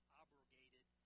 abrogated